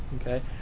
Okay